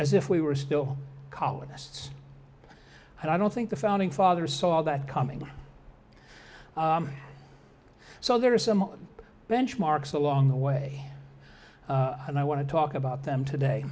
as if we were still colonists and i don't think the founding fathers saw that coming so there are some benchmarks along the way and i want to talk about them today